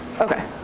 Okay